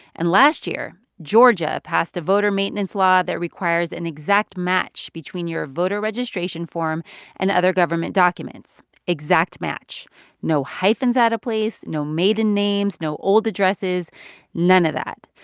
and last year, georgia passed a voter maintenance law that requires an exact match between your voter registration form and other government documents exact match no hyphens out of place, no maiden names, no old addresses none of that.